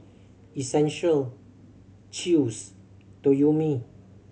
Essential Chew's Toyomi